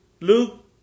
Luke